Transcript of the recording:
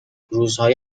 روزهای